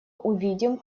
увидим